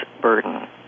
burden